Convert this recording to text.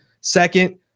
Second